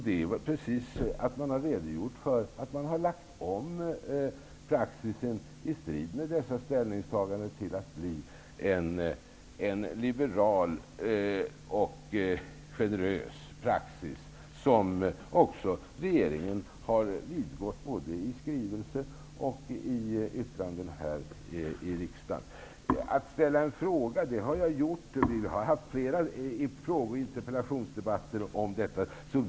Det regeringen har redogjort för är att man i strid med dessa ställningstaganden har lagt om praxis till att bli en liberal och generös praxis. Detta har regeringen vidgått både i skrivelse och i yttranden här i riksdagen. Jag har ställt frågor om detta. Det har ägt rum flera frågedebatter och interpellationsdebatter i denna fråga.